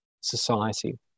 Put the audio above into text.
society